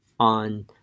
On